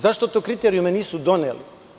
Zašto te kriterijume nisu doneli?